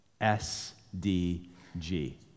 S-D-G